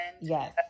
yes